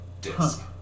disc